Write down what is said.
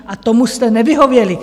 A tomu jste nevyhověli.